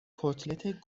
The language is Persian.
کتلت